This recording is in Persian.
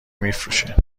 میفروشه